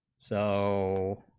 so